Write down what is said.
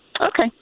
Okay